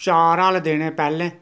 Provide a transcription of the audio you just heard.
चार हल देने पैह्लें